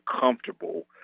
comfortable